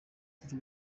turi